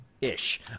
Ish